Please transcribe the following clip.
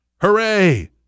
Hooray